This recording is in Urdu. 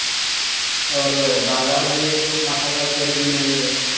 اور بازار بھی ماشاء اللہ قریب میں ہی ہے